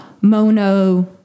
mono